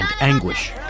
anguish